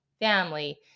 family